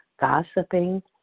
Gossiping